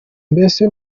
mbese